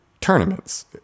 tournaments